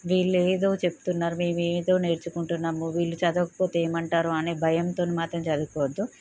వీళ్ళు ఏదో చెప్తున్నారు మేము ఏదో నేర్చుకుంటున్నాము వీళ్ళు చదువకపోతే ఏమంటారో అనే భయంతో మాత్రం చదువుకోవద్దు